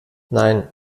nein